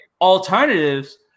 alternatives